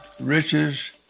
riches